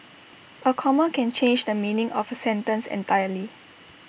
A comma can change the meaning of A sentence entirely